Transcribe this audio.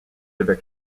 avec